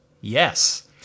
yes